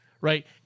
right